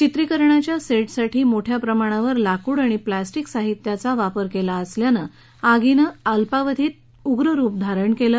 चित्रिकरणाच्या सेटसाठी मोठ्या प्रमाणावर लाकूड आणि प्लॅस्टिक साहित्याचा वापर केला असल्यानं आगीनं अल्पावधीत उग्र रूप धारण केलं